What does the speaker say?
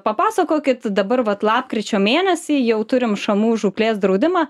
papasakokit dabar vat lapkričio mėnesį jau turim šamų žūklės draudimą